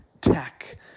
tech